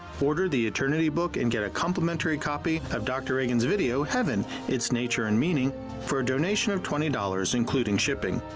order the eternity book and get a complimentary copy of dr. reagan's video, heaven its nature and meaning for a donation of twenty dollars including shipping.